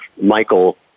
Michael